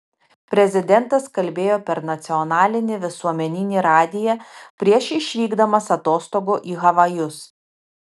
prezidentas kalbėjo per nacionalinį visuomeninį radiją prieš išvykdamas atostogų į havajus